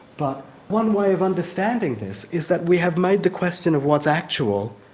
but one way of understanding this is that we have made the question of what's actual,